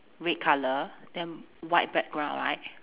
red colour then white background right